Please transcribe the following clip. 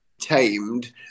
tamed